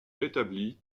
rétabli